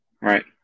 Right